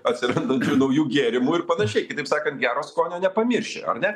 atsirandančių naujų gėrimų ir panašiai kitaip sakant gero skonio nepamirši ar ne